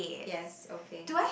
yes okay